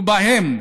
ובהם